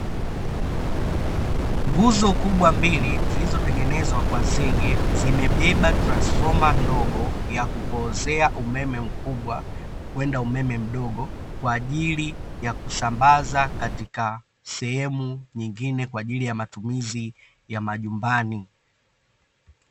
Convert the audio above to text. Nguzo kubwa mbili; zilizotengenezwa kwa zege, zimebeba transfoma ndogo ya kupoozea umeme mkubwa kwenda umeme mdogo, kwa ajili ya kusambaza katika sehemu nyingine kwa ajili ya matumizi ya majumbani.